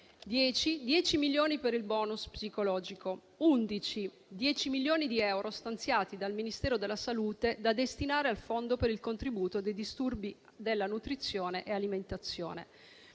10 milioni per il cosiddetto *bonus* psicologo; 10 milioni di euro stanziati dal Ministero della salute da destinare al Fondo per il contrasto dei disturbi della nutrizione e dell'alimentazione.